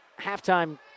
halftime